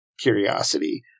curiosity